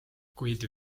kuid